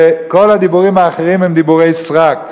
וכל הדיבורים האחרים הם דיבורי סרק.